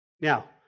Now